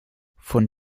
von